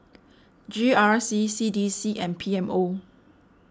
G R C C D C and P M O